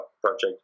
project